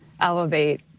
elevate